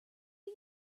did